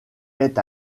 est